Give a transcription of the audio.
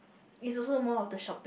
is also more of the shopping